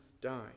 die